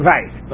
Right